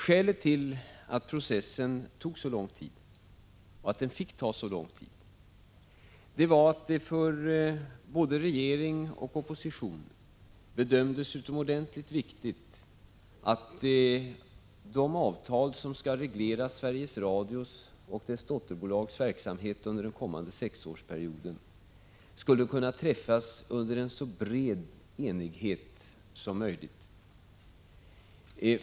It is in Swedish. Skälet till att processen tog, och fick ta, så lång tid var att det för både regering och opposition bedömdes som utomordentligt viktigt att de avtal som skall reglera Sveriges Radio AB:s och dess dotterbolags verksamhet under den kommande sexårsperioden skulle träffas under en så bred enighet som möjligt.